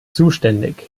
zuständig